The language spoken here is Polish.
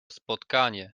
spotkanie